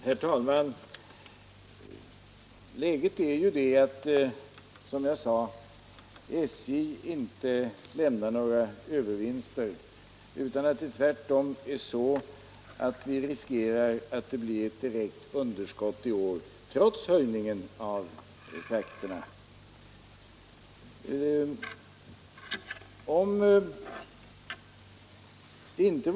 Herr talman! Läget är ju det att SJ, som jag sade, inte lämnar några övervinster utan tvärtom riskerar ett direkt underskott i år, trots höjningen av frakttaxorna.